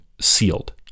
sealed